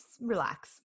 relax